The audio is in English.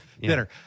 dinner